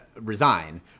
resign